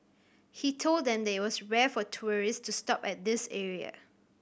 he told them that it was rare for tourist to stop at this area